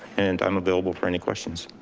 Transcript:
and i'm available for any questions